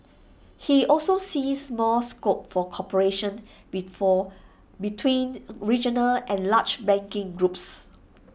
he also sees more scope for cooperation before between regional and large banking groups